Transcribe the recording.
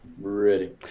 Ready